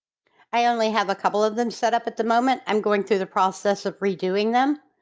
i only have a couple of them set up at the moment i'm going through the process of redoing them.